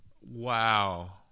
Wow